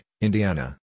Indiana